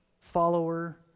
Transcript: follower